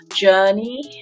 journey